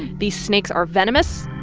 these snakes are venomous,